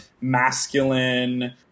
masculine